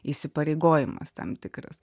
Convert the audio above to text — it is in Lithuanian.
įsipareigojimas tam tikras